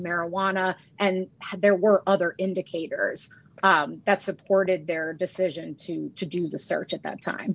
marijuana and there were other indicators that supported their decision to to do the search at that time